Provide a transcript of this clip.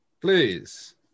Please